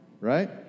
right